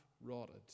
rotted